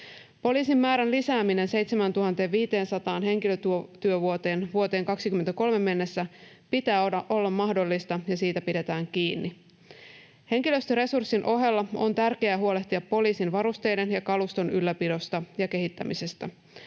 Poliisien määrän lisääminen 7 500 henkilötyövuoteen vuoteen 23 mennessä pitää olla mahdollista, ja siitä pidetään kiinni. Henkilöstöresurssin ohella on tärkeää huolehtia poliisin varusteiden ja kaluston ylläpidosta ja kehittämisestä.